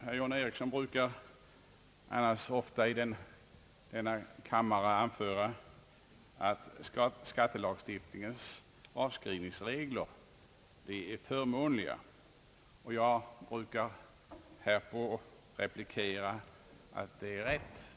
Herr John Ericsson brukar annars ofta i denna kammare anföra att skattelagstiftningens avskrivningsregler är förmånliga, och jag brukar härpå replikera att det är rätt.